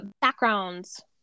backgrounds